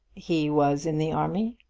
he was in the army?